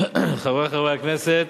חברי הכנסת,